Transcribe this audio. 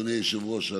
אדוני היושב-ראש,